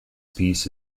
piece